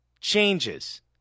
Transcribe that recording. changes